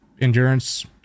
Endurance